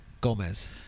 Gomez